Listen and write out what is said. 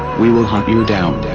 we will hunt you down.